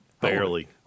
Barely